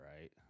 right